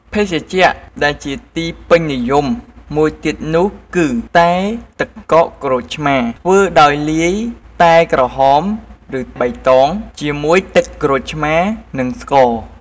ភេសជ្ជៈដែលជាទីពេញនិយមមួយទៀតនោះគឺ តែទឹកកកក្រូចឆ្មា ធ្វើដោយលាយតែក្រហម ឬ បៃតង ជាមួយទឹកក្រូចឆ្មា និងស្ករ។